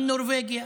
גם נורבגיה.